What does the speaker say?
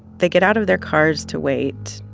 they get out of their cars to wait.